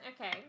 Okay